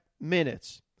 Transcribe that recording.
minutes